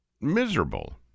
miserable